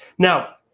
now,